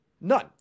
None